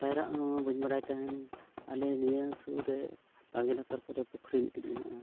ᱯᱟᱭᱨᱟᱜ ᱦᱚᱸ ᱵᱟᱹᱧ ᱵᱟᱲᱟᱭ ᱛᱟᱦᱮᱱ ᱟᱞᱮ ᱱᱤᱭᱟᱹ ᱥᱩᱨ ᱨᱮ ᱵᱟᱲᱜᱮ ᱞᱟᱛᱟᱨ ᱠᱚᱨᱮ ᱯᱩᱠᱷᱨᱤ ᱢᱤᱜᱴᱤᱡ ᱢᱮᱱᱟᱜᱼᱟ